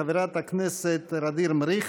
חברת הכנסת ע'דיר מריח,